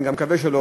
אני גם מקווה שלא,